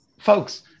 folks